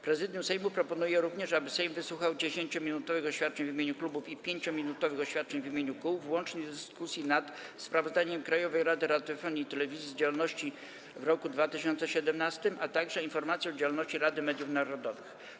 Prezydium Sejmu proponuje również, aby Sejm wysłuchał 10-minutowych oświadczeń w imieniu klubów i 5-minutowych oświadczeń w imieniu kół w łącznej dyskusji nad: - sprawozdaniem Krajowej Rady Radiofonii i Telewizji z działalności w roku 2017, - informacją o działalności Rady Mediów Narodowych.